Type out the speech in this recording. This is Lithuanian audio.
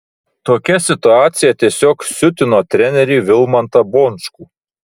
tokia situacija tiesiog siutino trenerį vilmantą bončkų